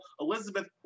Elizabeth